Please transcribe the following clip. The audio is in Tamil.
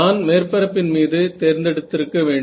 நான் மேற்பரப்பின் மீது தேர்ந்தெடுத்து இருக்க வேண்டும்